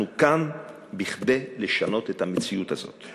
אנחנו כאן כדי לשנות את המציאות הזאת.